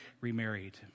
remarried